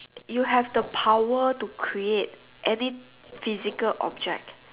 you have the power to create any physical object